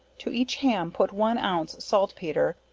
to each ham put one ounce saltpetre,